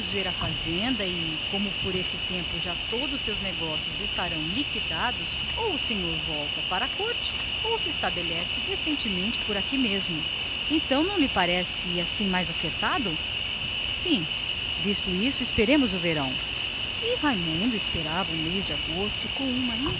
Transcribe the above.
ver a fazenda e como por esse tempo já todos os seus negócios estarão liquidados ou o senhor volta para a corte ou se instala aqui mesmo na província porém com decência não lhe parece isto acertado para que fazer as coisas malfeitas raimundo consentiu afinal e desde então esperava o mês de agosto com uma